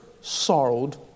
sorrowed